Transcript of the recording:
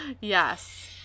Yes